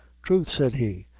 troth, said he,